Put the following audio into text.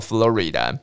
Florida